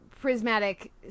prismatic